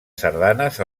sardanes